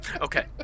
Okay